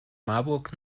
marburg